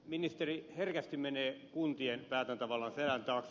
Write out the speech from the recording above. ministeri herkästi menee kuntien päätäntävallan selän taakse